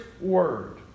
word